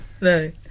no